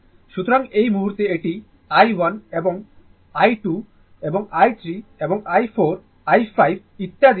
সুতরাং এই মুহুর্তে এটি i1 এবং এটি I2 এটি i3 i 4 i 5 ইত্যাদি